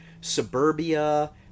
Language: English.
suburbia